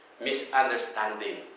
misunderstanding